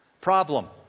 Problem